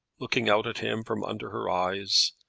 looking out at him from under her eyes,